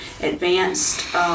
advanced